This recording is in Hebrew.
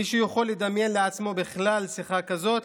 מישהו יכול לדמיין לעצמו בכלל שיחה שכזאת?